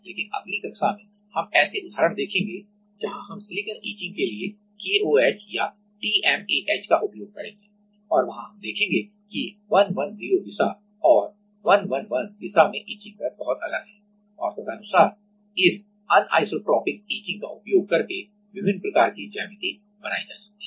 लेकिन अगली कक्षा में हम ऐसे उदाहरण देखेंगे जहां हम सिलिकॉन इचिंग के लिए KOH या TMAH का उपयोग करेंगे और वहाँ हम देखेंगे कि 110 दिशा और 111 दिशा में इचिंग दर बहुत अलग हैं और तदनुसार इस अनिसोट्रोपिक इचिंग का उपयोग करके विभिन्न प्रकार की ज्यामिति बनाई जाती हैं